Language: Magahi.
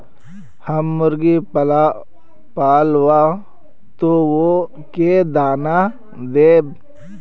हम मुर्गा पालव तो उ के दाना देव?